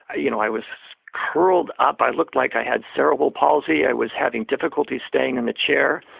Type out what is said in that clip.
i you know i was curled up, i looked like i had cerebral palsy, i was having difficulties staying in the chair.